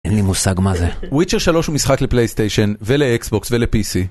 אין לי מושג מה זה וויצ'ר 3 הוא משחק לפלייסטיישן ולאקסבוקס ולפי.סי